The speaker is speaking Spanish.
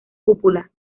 cúpula